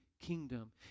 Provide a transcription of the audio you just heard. kingdom